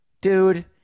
Dude